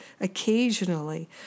occasionally